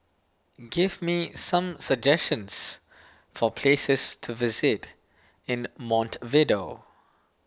give me some suggestions for places to visit in Montevideo